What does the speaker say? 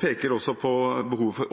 peker også på behovet for